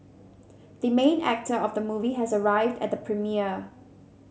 the main actor of the movie has arrived at the premiere